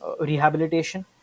rehabilitation